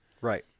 Right